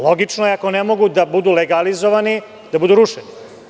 Logično je ako ne mogu da budu legalizovani da budurušeni.